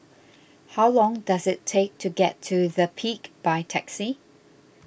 how long does it take to get to the Peak by taxi